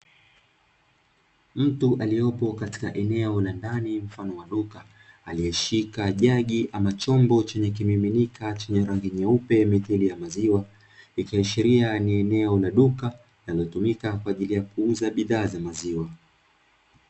Mtu aliyepo katika eneo la ndani mfano wa duka aliyeshika jagi ama chombo chenye kimiminika chenye rangi nyeupe midhili ya maziwa, ikiashiria ni eneo la duka linalotumika kwa ajili ya kuuza bidhaa za maziwa.